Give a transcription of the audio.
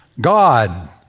God